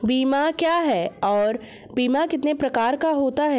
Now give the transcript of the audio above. बीमा क्या है और बीमा कितने प्रकार का होता है?